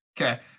Okay